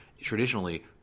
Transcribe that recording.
traditionally